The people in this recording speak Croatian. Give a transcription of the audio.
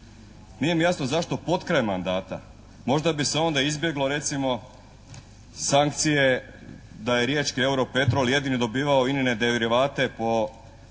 Nije mi jasno zašto potkraj mandata. Možda bi se onda izbjeglo recimo sankcije da je riječki "Europetrol" jedini dobivao INA-ne derivate po povlaštenim